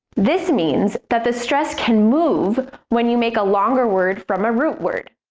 this means that the stress can move when you make a longer word from a root word.